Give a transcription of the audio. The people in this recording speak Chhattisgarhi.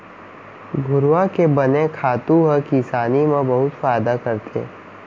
घुरूवा के बने खातू ह किसानी म बहुत फायदा करथे